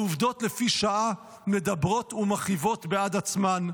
העובדות לפי שעה מדברות ומכאיבות בעד עצמן.